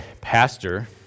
Pastor